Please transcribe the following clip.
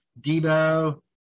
Debo